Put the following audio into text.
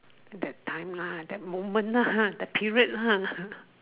that time lah that moment lah that period lah